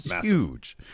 huge